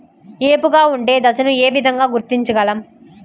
ఏపుగా ఉండే దశను ఏ విధంగా గుర్తించగలం?